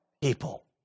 people